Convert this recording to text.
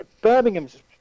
Birmingham's